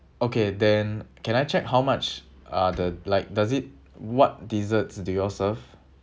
okay then can I check how much uh the like does it what desserts do you all serve